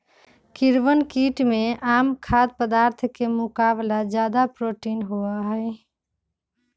कीड़वन कीट में आम खाद्य पदार्थ के मुकाबला ज्यादा प्रोटीन होबा हई